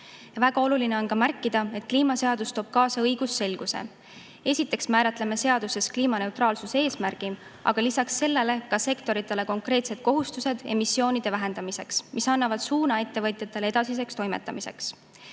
Väga oluline on ka märkida, et kliimaseadus toob kaasa õigusselguse. Esiteks määratleme seaduses kliimaneutraalsuse eesmärgi, aga lisaks sellele sektorite konkreetsed kohustused emissioonide vähendamiseks, need annavad ettevõtjatele suuna edasiseks toimetamiseks.